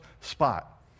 spot